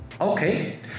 Okay